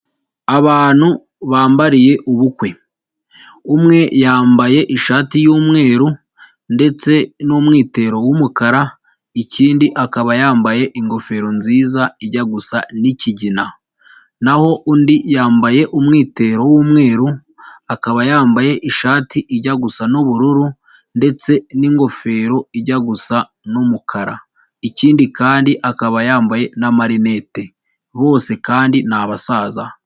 Abantu bambariye ubukwe, umwe yambaye ishati y'umweru ndetse n'umwitero w'umukara ikindi akaba yambaye ingofero nziza ijya gusa n'ikigina, naho undi yambaye umwitero w'umweru, akaba yambaye ishati ijya gusa n'ubururu ndetse n'ingofero ijya gusa n'umukara, ikindi kandi akaba yambaye n'amarinete bose kandi ni abasaza.